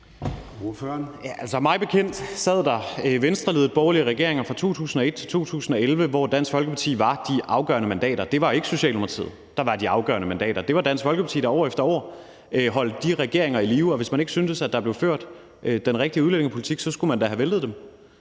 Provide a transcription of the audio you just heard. Mig bekendt sad der Venstreledede borgerlige regeringer fra 2001 til 2011, hvor Dansk Folkeparti havde de afgørende mandater. Det var ikke Socialdemokratiet, der havde de afgørende mandater; det var Dansk Folkeparti, der år efter år holdt de regeringer i live, og hvis man ikke syntes, at der blev ført den rigtige udlændingepolitik, så skulle man da have væltet dem.